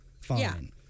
Fine